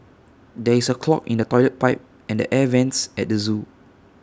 there is A clog in the Toilet Pipe and the air Vents at the Zoo